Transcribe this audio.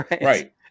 right